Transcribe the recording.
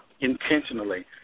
intentionally